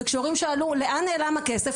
וכשההורים שאלו לאן נעלם הכסף,